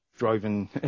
driving